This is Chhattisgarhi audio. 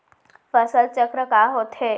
फसल चक्र का होथे?